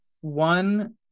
One